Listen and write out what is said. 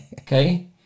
Okay